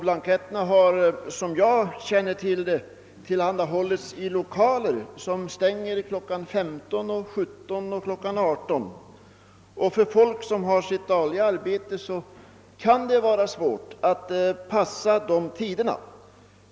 Blanketterna har — det känner jag till — tillhandahållits i lokaler som stänger kl. 15, 17 eller 18. Och för folk som har sitt dagliga arbete att sköta kan det vara svårt att passa dessa tider.